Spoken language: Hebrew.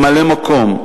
ממלא-מקום,